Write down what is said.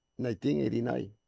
1989